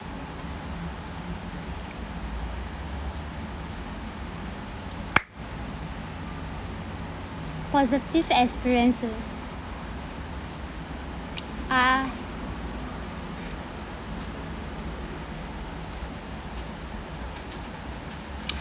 positive experiences uh